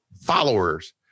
followers